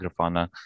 Grafana